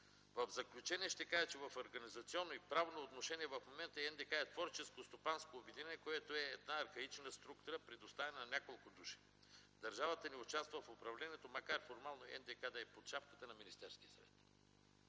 В заключение ще кажа, че в организационно и правно отношение НДК е творческо стопанско обединение, което е една архаична структура, предоставена на няколко души. Държавата не участва в управлението, макар формално НДК да е под шапката на Министерския съвет.